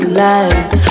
lies